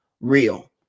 real